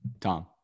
Tom